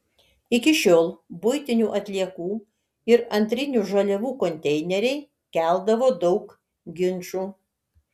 iki šiol buitinių atliekų ir antrinių žaliavų konteineriai keldavo daug ginčų